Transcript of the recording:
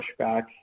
pushback